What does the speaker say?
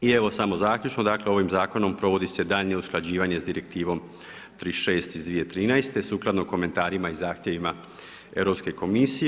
I evo, samo zaključno dakle, ovim zakonom provodi se daljnje usklađivanje sa direktivom 36 iz 2013. sukladno komentarima i zahtjevima Europske komisije.